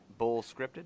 BullScripted